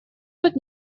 тут